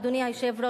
אדוני היושב-ראש,